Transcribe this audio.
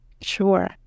Sure